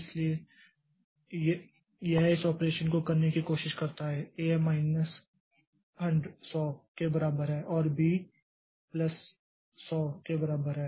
इसलिए यह इस ऑपरेशन को करने की कोशिश करता है ए ए माइनस 100 के बराबर है और बी बी प्लस 100B100 के बराबर है